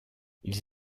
ils